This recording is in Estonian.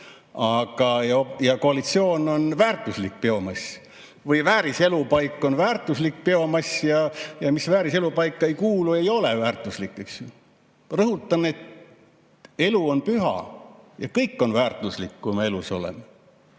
ja koalitsioon on väärtuslik biomass. Või vääriselupaik on väärtuslik biomass ja see, mis vääriselupaika ei kuulu, ei ole väärtuslik, eks ju. Rõhutan, et elu on püha ja kõik on väärtuslik, kui me elus oleme,